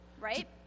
right